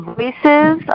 Voices